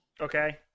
Okay